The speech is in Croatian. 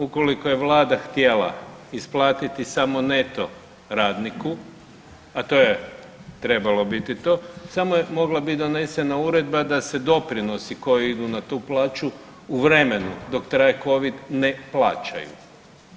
Ukoliko je Vlada htjela isplatiti samo neto radniku a to je trebalo biti to, samo je mogla biti donesena uredba da se doprinosi koji idu na tu plaću u vremenu dok traje Covid ne plaćaju.